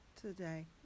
today